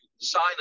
sign